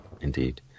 Indeed